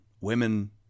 women